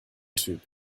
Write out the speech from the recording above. typ